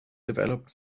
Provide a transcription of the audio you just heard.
developed